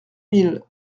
mille